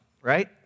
right